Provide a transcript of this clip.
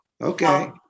Okay